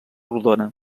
rodona